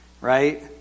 Right